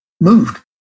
moved